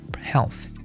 health